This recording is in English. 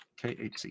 KHC